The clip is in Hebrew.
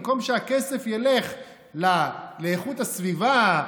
במקום שהכסף ילך לאיכות הסביבה,